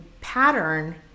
pattern